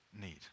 need